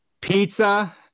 Pizza